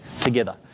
together